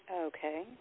Okay